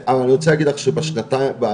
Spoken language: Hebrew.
אבל אני רוצה להגיד לך שבשנים האחרונות,